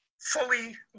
fully